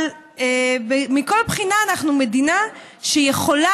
אבל מכל בחינה אנחנו מדינה שיכולה,